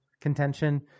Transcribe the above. contention